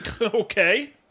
Okay